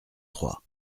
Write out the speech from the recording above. trois